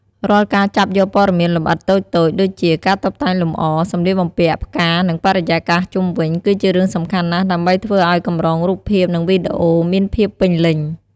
រាល់ការចាប់យកព័ត៌មានលម្អិតតូចៗ ដូចជាការតុបតែងលម្អ សម្លៀកបំពាក់ ផ្កា និងបរិយាកាសជុំវិញ គឺជារឿងសំខាន់ណាស់ ដើម្បីធ្វើឲ្យកម្រងរូបភាព និងវីដេអូមានភាពពេញលេញ។